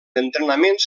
entrenaments